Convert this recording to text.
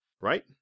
right